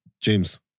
James